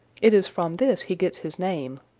it is from this he gets his name.